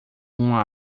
uma